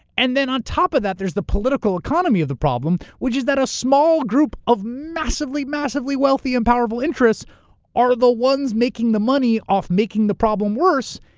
and then on top of that, there's the political economy of the problem, which is that a small group of massively, massively wealthy and powerful interests are the ones making the money off making the problem worse,